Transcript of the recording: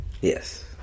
Yes